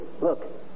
Look